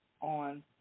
on